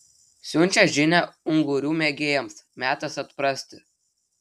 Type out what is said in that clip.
siunčia žinią ungurių mėgėjams metas atprasti